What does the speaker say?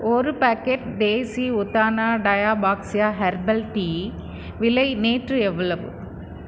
ஒரு பேக்கெட் தேசி உத்தானா டயாபாக்ஸ்யா ஹெர்பல் டீ விலை நேற்று எவ்வளவு